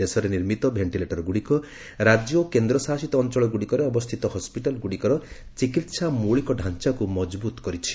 ଦେଶରେ ନିର୍ମିତ ଭେଷ୍ଟିଲେଟରଗୁଡ଼ିକ ରାଜ୍ୟ ଓ କେନ୍ଦ୍ରଶାସିତ ଅଞ୍ଚଳଗୁଡ଼ିକରେ ଅବସ୍ଥିତ ହସ୍କିଟାଲଗୁଡ଼ିକର ଚିକିତ୍ସା ମୌଳିକ ଢ଼ାଞ୍ଚାକୁ ମଜବୃତ କରିଛି